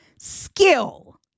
skill